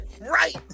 Right